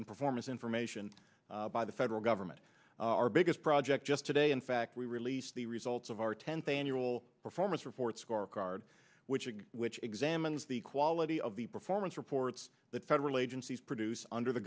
and performance information by the federal government our biggest project just today in fact we released the results of our tenth annual performance report scorecard which is which examines the quality of the performance reports that federal agencies produce under the